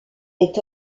est